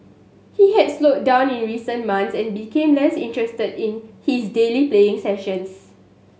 he had slowed down in recent months and became less interested in his daily playing sessions